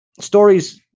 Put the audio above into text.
stories